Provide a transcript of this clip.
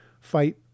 fight